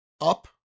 up